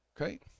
Okay